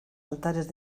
altares